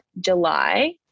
July